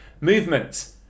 Movement